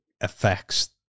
affects